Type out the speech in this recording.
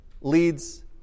leads